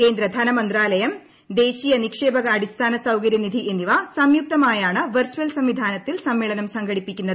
കേന്ദ്ര ധനമന്ത്രാലയം ദേശീയ നിക്ഷേപക് അടിസ്ഥാന സൌകര്യ നിധി എന്നിവ സംയുക്തമായാണ് വെർച്ചൽ സംവിധാനത്തിൽ സമ്മേളനം സംഘടിപ്പിക്കുന്നത്